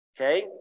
Okay